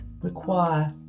require